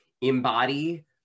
embody